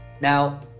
Now